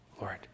Lord